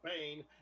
pain